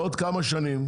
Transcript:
בעוד כמה שנים,